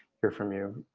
hear from you.